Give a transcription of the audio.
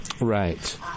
Right